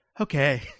okay